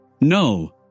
No